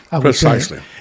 Precisely